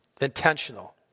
intentional